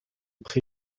pré